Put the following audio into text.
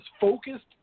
focused